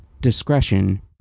Discretion